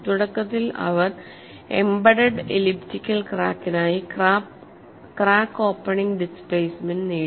തുടക്കത്തിൽ അവർ embedded elliptical ക്രാക്കിനായി ക്രാക്ക് ഓപ്പണിംഗ് ഡിസ്പ്ലേസ്മെന്റ് നേടി